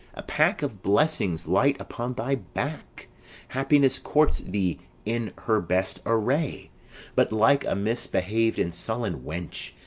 a pack of blessings light upon thy back happiness courts thee in her best array but, like a misbhav'd and sullen wench,